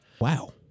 wow